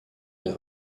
est